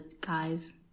guys